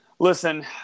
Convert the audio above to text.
Listen